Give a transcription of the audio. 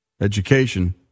education